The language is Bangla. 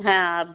হ্যাঁ আপ